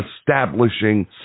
establishing